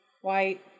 white